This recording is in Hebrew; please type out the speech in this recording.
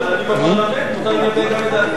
אבל אני בפרלמנט, מותר להביע גם את דעתי.